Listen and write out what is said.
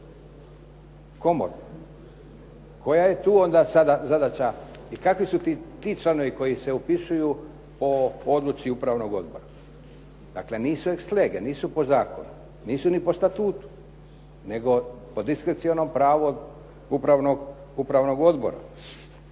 komoru. Koja je tu onda sada zadaća i kakvi su ti članovi koji se upisuju po odluci upravnog odbora. Dakle, nisu ex lege, nisu po zakonu, nisu ni po Statutu nego po diskrecionom pravu upravnog odbora.